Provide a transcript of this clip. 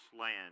land